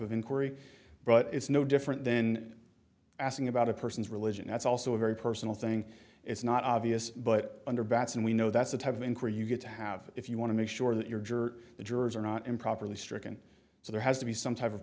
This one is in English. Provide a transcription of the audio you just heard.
inquiry but it's no different then asking about a person's religion that's also a very personal thing it's not obvious under batson we know that's the type of inquiry you get to have if you want to make sure that your the jurors are not improperly stricken so there has to be some type of